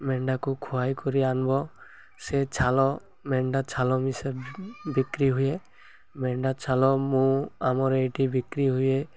ମେଣ୍ଢାକୁ ଖୁଆଇକରି ଆନ୍ବ ସେ ଛାଲ ମେଣ୍ଢା ଛାଲ ମିଶା ବିକ୍ରି ହୁଏ ମେଣ୍ଢା ଛାଲ ମୁଁ ଆମର ଏଇଠି ବିକ୍ରି ହୁଏ